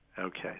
Okay